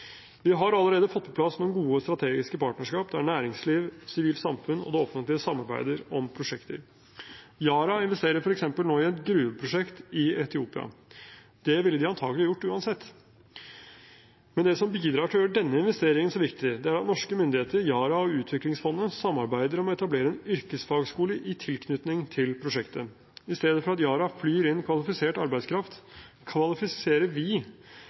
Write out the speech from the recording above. Vi har allerede fått på plass noen gode strategiske partnerskap der næringslivet, det sivile samfunnet og det offentlige samarbeider om prosjekter. Yara investerer f.eks. nå i et gruveprosjekt i Etiopia. Det ville de antagelig ha gjort uansett, men det som bidrar til å gjøre denne investeringen så viktig, er at norske myndigheter, Yara og Utviklingsfondet samarbeider om å etablere en yrkesfagskole i tilknytning til prosjektet. I stedet for at Yara flyr inn kvalifisert arbeidskraft, kvalifiserer vi